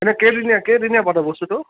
এনেই কেইদিনীয়া কেইদিনীয়া পাতে বস্তুটো